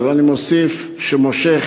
האתר, ואני מוסיף שהמקום הזה מושך